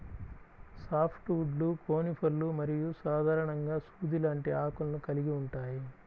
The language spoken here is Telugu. సాఫ్ట్ వుడ్లు కోనిఫర్లు మరియు సాధారణంగా సూది లాంటి ఆకులను కలిగి ఉంటాయి